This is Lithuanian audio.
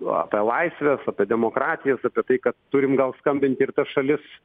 apie laisves apie demokratijas apie tai kad turim gal skambinti ir tas šalis